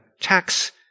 tax